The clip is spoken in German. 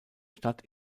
stadt